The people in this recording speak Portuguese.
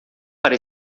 para